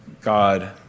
God